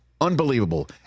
unbelievable